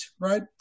right